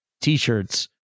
t-shirts